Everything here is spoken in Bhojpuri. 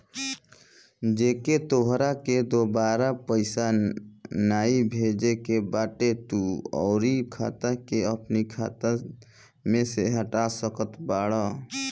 जेके तोहरा के दुबारा पईसा नाइ भेजे के बाटे तू ओकरी खाता के अपनी खाता में से हटा सकत बाटअ